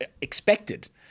expected